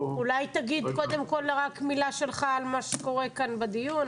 אולי תגיד קודם כול מילה שלך על מה שקורה כאן בדיון,